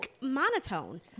monotone